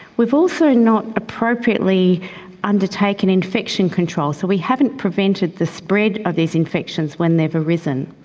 we've also not appropriately undertaken infection control, so we haven't prevented the spread of these infections when they have arisen.